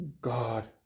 God